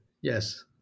yes